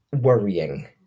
worrying